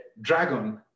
dragon